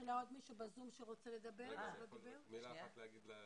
לומר מילה אחת?